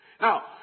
Now